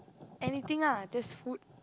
anything lah just food